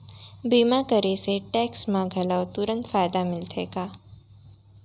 बीमा करे से टेक्स मा घलव तुरंत फायदा मिलथे का?